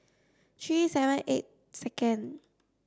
three seven eight second